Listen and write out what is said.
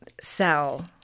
sell